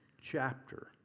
chapter